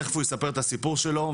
תיכף הוא יספר את הסיפור שלו.